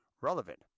Relevant